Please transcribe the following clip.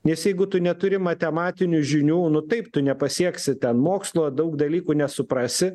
nes jeigu tu neturi matematinių žinių nu taip tu nepasieksi ten mokslo daug dalykų nesuprasi